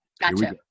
Gotcha